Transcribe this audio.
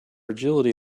agility